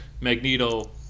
Magneto